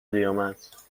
قیامت